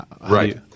Right